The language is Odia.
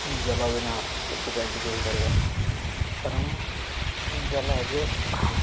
ଜଳ ବିନା ସେଥିପାଇଁ କିଛି ହୋଇପାରିବନି କାରଣ ଜଳ ହେତୁ